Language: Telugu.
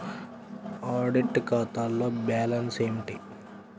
ఆడిట్ ఖాతాలో బ్యాలన్స్ ఏమిటీ?